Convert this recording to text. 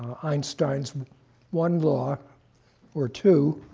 einstein's one law or two,